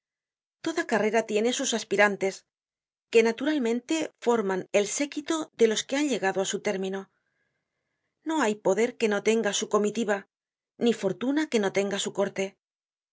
toda carrera tiene sus aspirantes que naturalmente forman el séquito de los que han llegado á su término no hay poder que no tenga su comitiva ni fortuna que no tenga su corte